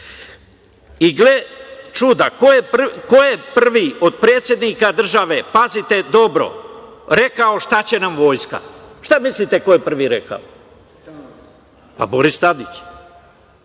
gle, čuda, ko je prvi od predsednika države, pazite dobro, rekao šta će nam Vojska? Šta mislite ko je prvi rekao? Pa, Boris Tadić.